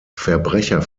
verbrecher